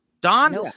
Don